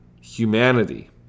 humanity